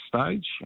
stage